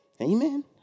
Amen